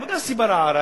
לא בגלל סיבה רעה,